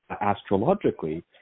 astrologically